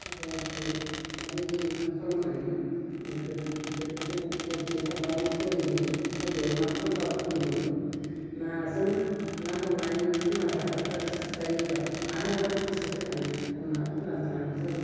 आरो ओमफ्राय माबायदि मा खालामनानै मोनगोन बेफोरखौ जों बबेथिं थांबा बोरै मोनगोन बबेयाव मा खालामोबा बोरै मोनगोन माजों ना हमनानै फानना जाग्राफ्रा जायोब्लाथ' आरोबाव गोसो होनानै हमना फानना जानांगौ जायो